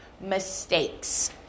mistakes